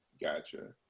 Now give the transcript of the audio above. gotcha